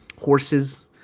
horses